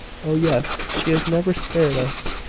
oh, yes she has never spared us,